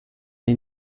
den